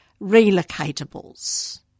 relocatables